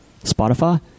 Spotify